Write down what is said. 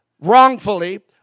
wrongfully